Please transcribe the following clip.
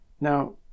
Now